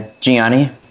Gianni